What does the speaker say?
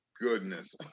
goodness